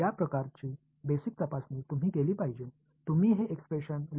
எனவே இந்த வகையான அடிப்படை சோதனை நீங்கள் செய்து இந்த வெளிப்பாட்டை எழுத வேண்டும்